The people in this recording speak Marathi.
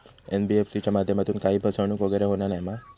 एन.बी.एफ.सी च्या माध्यमातून काही फसवणूक वगैरे होना नाय मा?